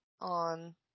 on